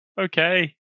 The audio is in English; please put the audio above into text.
Okay